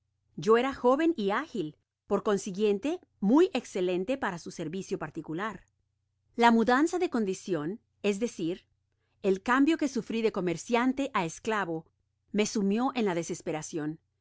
yo era jóven y ágil por consiguiente muy escelente para su servicio particular la mudanza de condicion es decir el cambio que sufri de comerciante á esclavo me sumió en la desesperacion